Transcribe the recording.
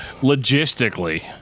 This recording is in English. logistically